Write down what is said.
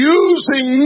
using